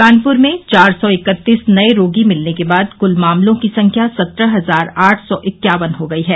कानपुर में चार सौ इकत्तीस नये रोगी मिलने के बाद कुल मामलों की संख्या सत्रह हजार आठ सौ इक्यावन हो गई है